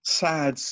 sad